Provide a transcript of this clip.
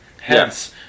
Hence